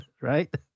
right